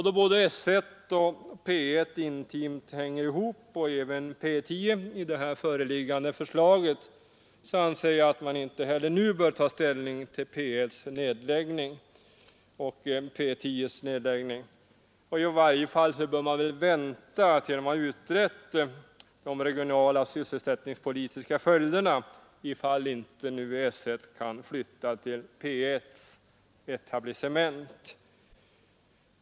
Då S 1, T1 och P 10 intimt hänger ihop i det föreliggande förslaget anser jag att man inte heller nu bör ta ställning till P 1:s och P 10:s nedläggning. I varje fall bör man vänta tills man utrett de regionaloch sysselsättningspolitiska följderna ifall inte S§ 1 kan flyttas till P 1:s etablissement.